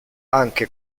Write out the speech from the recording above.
anche